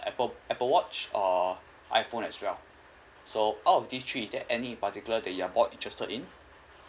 Apple Apple watch or iphone as well so out of these three is there any particular that you're more interested in